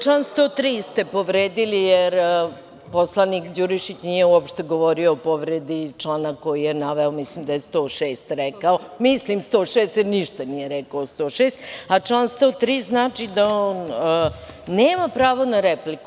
Član 103. ste povredili, jer poslanik Đurišić nije uopšte govorio o povredi člana koji je naveo, mislim da je 106. rekao, mislim 106, ništa nije rekao o 106, a član 103. znači da on nema pravo na repliku.